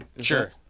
Sure